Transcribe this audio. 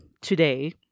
Today